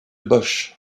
bosch